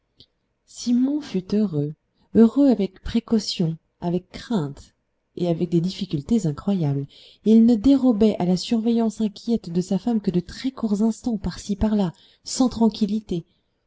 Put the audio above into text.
simon fut heureux heureux avec précaution avec crainte et avec des difficultés incroyables il ne dérobait à la surveillance inquiète de sa femme que de très courts instants par-ci par-là sans tranquillité